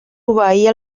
obeir